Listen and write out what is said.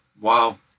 wow